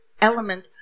element